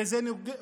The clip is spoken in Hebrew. כי זה נוגד